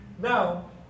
Now